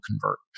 convert